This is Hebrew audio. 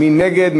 מי נגד?